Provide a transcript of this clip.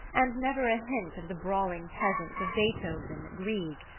and never a hint of the brawling peasants of beethoven, grieg,